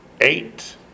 Eight